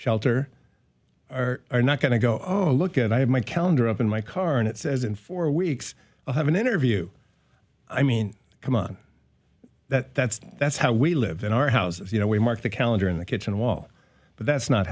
shelter are are not going to go oh look at i have my calendar up in my car and it says in four weeks i have an interview i mean come on that that's that's how we live in our house you know we mark the calendar in the kitchen wall but that's not